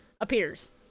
appears